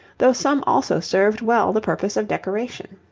though some also served well the purpose of decoration.